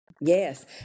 Yes